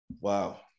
Wow